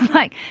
like,